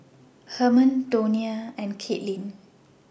Herman Donia and Kaitlin